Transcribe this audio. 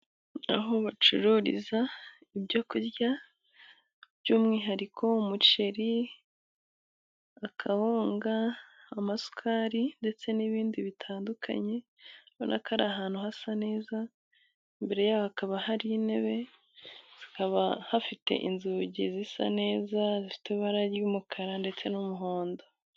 Aho bacururiza ibyo kurya by'umwihariko umuceri, akawunga, amasukari ndetse n'ibindi bitandukanye, urabona ko ari ahantu hasa neza, imbere yaho hakaba hari intebe hakaba hafite inzugi zisa neza, zifite ibara ry'umukara ndetse n'umuhondo.